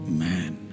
man